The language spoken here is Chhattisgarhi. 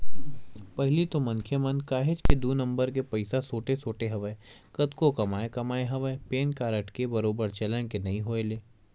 पहिली तो मनखे मन काहेच के दू नंबर के पइसा सोटे सोटे हवय कतको कमाए कमाए हवय पेन कारड के बरोबर चलन के नइ होय ले